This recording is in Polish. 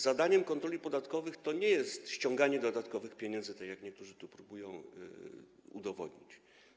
Zadaniem kontroli podatkowych nie jest ściąganie dodatkowych pieniędzy, tak jak niektórzy tu próbują udowodnić.